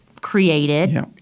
created